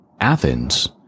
Athens